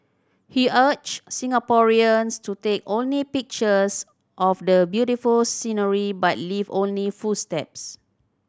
he urged Singaporeans to take only pictures of the beautiful scenery but leave only footsteps